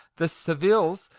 the saviles,